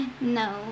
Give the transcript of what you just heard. No